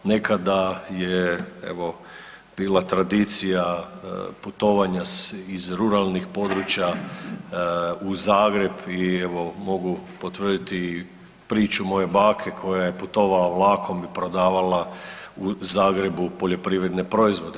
Nekada je evo bila tradicija putovanja iz ruralnih područja u Zagreb i evo mogu potvrditi priču moje bake koja je putovala vlakom i prodavala u Zagrebu poljoprivredne proizvode.